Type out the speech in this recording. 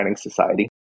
society